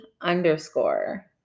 underscore